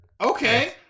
Okay